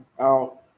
out